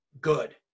good